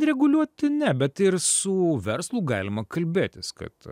reguliuoti ne bet ir su verslu galima kalbėtis kad